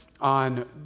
on